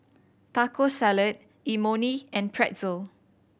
Taco Salad Imoni and Pretzel